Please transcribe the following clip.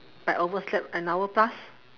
but overslept an hour plus